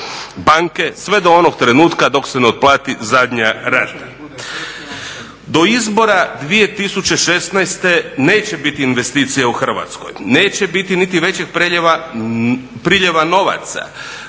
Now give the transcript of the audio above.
banke sve do onog trenutka dok se ne otplati zadnja rata. Do izbora 2016. neće biti investicija u Hrvatskoj. Neće biti niti većeg priljeva novaca.